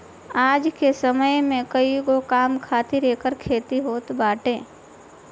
आज के समय में कईगो काम खातिर एकर खेती होत बाटे